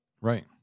Right